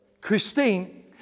Christine